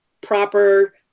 proper